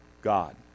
God